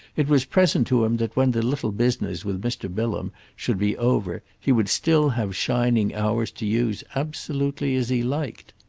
it was present to him that when the little business with mr. bilham should be over he would still have shining hours to use absolutely as he liked.